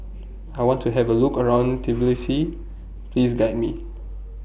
I want to Have A Look around Tbilisi Please Guide Me